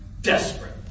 Desperate